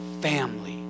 family